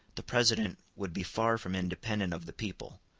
the president would be far from independent of the people,